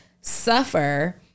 suffer